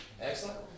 Excellent